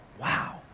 Wow